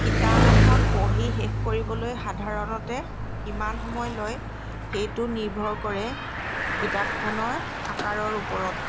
কিতাপ এখন পঢ়ি শেষ কৰিবলৈ সাধাৰণতে কিমান সময় লয় সেইটো নিৰ্ভৰ কৰে কিতাপখনৰ আকাৰৰ ওপৰত